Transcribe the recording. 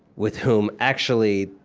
with whom, actually,